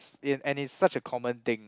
s~ and it's such a common thing